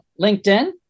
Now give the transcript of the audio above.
LinkedIn